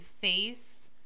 face